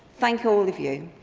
thank you, all of you.